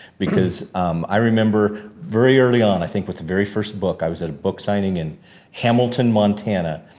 because i remember very early on, i think with the very first book, i was at a book signing in hamilton, montana,